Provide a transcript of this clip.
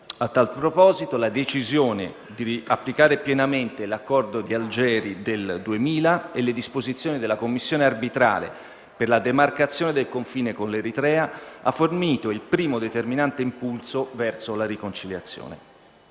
A tal proposito, la decisione di applicare pienamente l'accordo di Algeri del 2000 e le disposizioni della commissione arbitrale per la demarcazione del confine con l'Eritrea ha fornito il primo determinante impulso verso la riconciliazione.